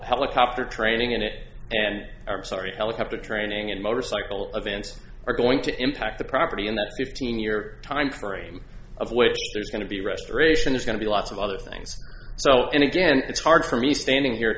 helicopter training in it and i'm sorry helicopter training and motorcycle of answers are going to impact the property in the fifteen year time frame of which there's going to be restoration is going to be lots of other things so and again it's hard for me standing here